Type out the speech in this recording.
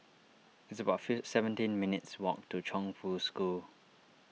it's about seventeen minutes' walk to Chongfu School